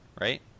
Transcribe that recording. Right